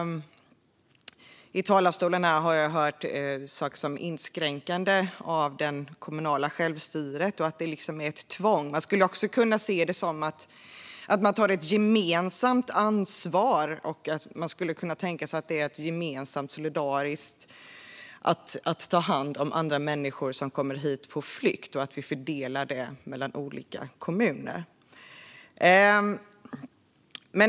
Från talarstolen har jag hört saker om inskränkande av det kommunala självstyret och att det är ett tvång. Man skulle också kunna se det som att vi tar ett gemensamt ansvar. Man skulle kunna tänka sig att vi gemensamt är solidariska, tar hand om människor som kommer hit på flykt och fördelar dem mellan olika kommuner.